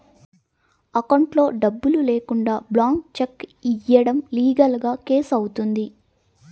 అకౌంట్లో డబ్బులు లేకుండా బ్లాంక్ చెక్ ఇయ్యడం లీగల్ గా కేసు అవుతుంది